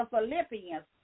Philippians